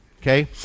Okay